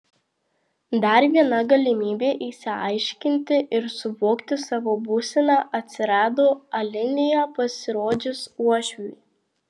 dar viena galimybė išsiaiškinti ir suvokti savo būseną atsirado alinėje pasirodžius uošviui